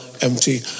empty